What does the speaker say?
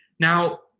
now,